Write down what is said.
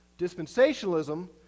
Dispensationalism